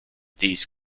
these